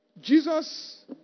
Jesus